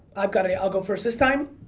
um kind of yeah i'll go first this time.